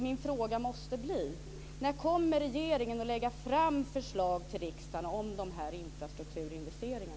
Min fråga måste bli: När kommer regeringen att lägga fram förslag till riksdagen om dessa infrastrukturinvesteringar?